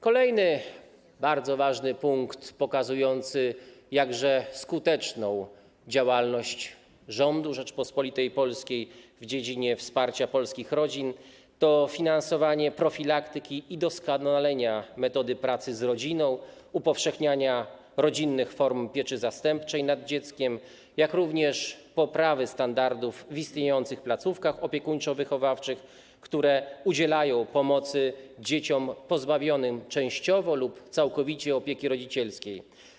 Kolejny, bardzo ważny punkt pokazujący jakże skuteczną działalność rządu Rzeczypospolitej Polskiej w dziedzinie wsparcia polskich rodzin to finansowanie profilaktyki i doskonalenia metod pracy z rodziną, upowszechniania rodzinnych form pieczy zastępczej nad dzieckiem, jak również poprawy standardów w istniejących placówkach opiekuńczo-wychowawczych, które udzielają pomocy dzieciom pozbawionym częściowo lub całkowicie opieki rodzicielskiej.